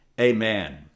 Amen